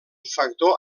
factor